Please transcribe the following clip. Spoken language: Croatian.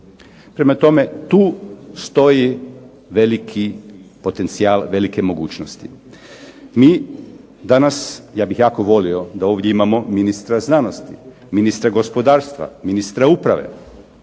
Prema tome, tu stoji veliki potencijal, velike mogućnosti. Mi danas, ja bih jako volio da ovdje imamo ministra znanosti, ministra gospodarstva, ministra uprave,